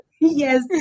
Yes